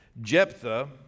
Jephthah